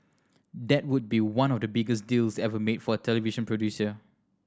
that would be one of the biggest deals ever made for a television producer